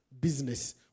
business